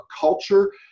culture